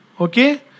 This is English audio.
Okay